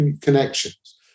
connections